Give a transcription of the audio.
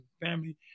family